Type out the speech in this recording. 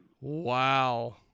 Wow